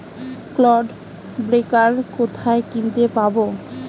Clod breaker কোথায় কিনতে পাব?